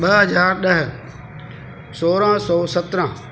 ॿ हज़ार ॾह सौरहां सौ सत्रहं